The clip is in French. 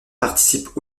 participent